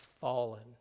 fallen